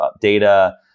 data